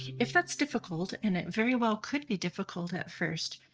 if that's difficult and it very well could be difficult at first,